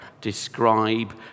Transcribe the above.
describe